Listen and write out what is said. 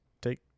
take